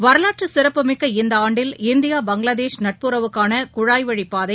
வரலாற்று சிறப்புமிக்க இந்த ஆண்டில் இந்தியா பங்களாதேஷ் நட்புறவுக்கான குழாய் வழி பாதை